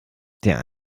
der